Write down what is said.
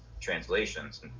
translations